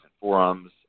forums